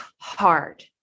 hard